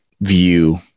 view